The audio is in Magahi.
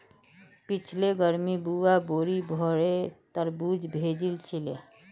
पिछली गर्मीत बुआ बोरी भोरे तरबूज भेजिल छिले